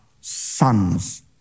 sons